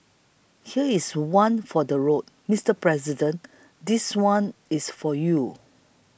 here is one for the road Mister President this one's for you